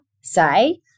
say